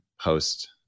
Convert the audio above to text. post